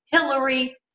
Hillary